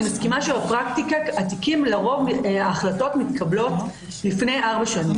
אני מסכימה שבפרקטיקה ההחלטות מתקבלות לפני ארבע שנים,